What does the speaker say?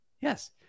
Yes